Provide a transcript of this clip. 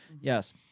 Yes